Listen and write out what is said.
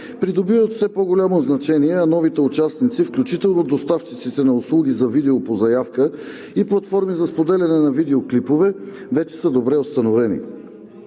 придобиват все по-голямо значение, а новите участници, включително доставчиците на услуги за видео по заявка и платформи за споделяне на видеоклипове, вече са добре установени.